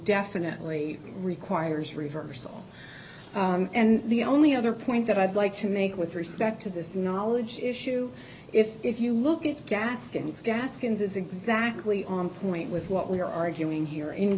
definitely requires reversal and the only other point that i'd like to make with respect to this knowledge issue if you look at gaskins gaskins is exactly on point with what we're arguing here in